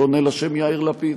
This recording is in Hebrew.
שעונה לשם יאיר לפיד.